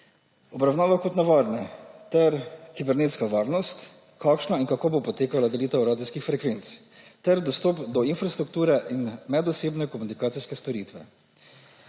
obravnava kot nevarne; ter kibernetska varnost, kakšna in kako bo potekala delitev radijskih frekvenc; ter dostop do infrastrukture in medosebne komunikacijske storitve.